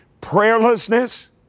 prayerlessness